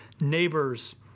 neighbors